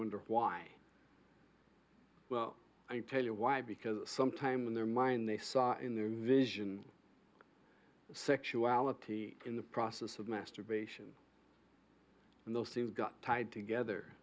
wonder why well i tell you why because sometimes in their mind they saw in their vision sexuality in the process of masturbation and those things got tied together